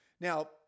Now